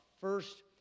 first